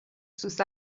sus